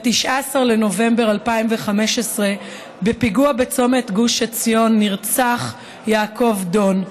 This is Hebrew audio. ב-19 בנובמבר 2015. בפיגוע בצומת גוש עציון נרצח יעקב דון,